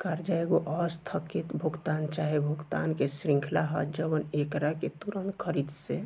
कर्जा एगो आस्थगित भुगतान चाहे भुगतान के श्रृंखला ह जवन एकरा के तुंरत खरीद से